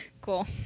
Cool